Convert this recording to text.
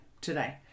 today